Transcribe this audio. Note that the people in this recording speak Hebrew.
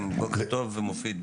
כן, בוקר טוב, מופיד.